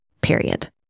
Period